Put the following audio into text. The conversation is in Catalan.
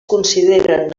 consideren